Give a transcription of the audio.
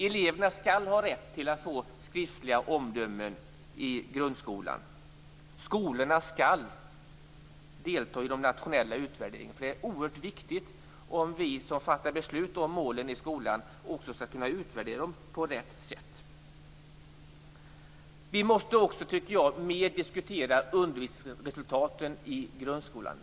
Eleverna skall ha rätt att få skriftliga omdömen i grundskolan. Skolorna skall delta i de nationella utvärderingarna. Det är oerhört viktigt om vi som fattar beslut om målen i skolan också skall kunna utvärdera dem på rätt sätt. Vi måste också, tycker jag, mer diskutera undervisningsresultaten i grundskolan.